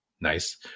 nice